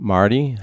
Marty